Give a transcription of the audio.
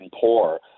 poor